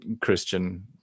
Christian